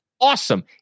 awesome